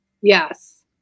Yes